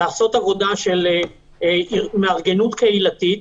לעשות עבודה של מארגנות קהילתית